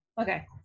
Okay